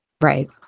Right